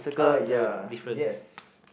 uh ya yes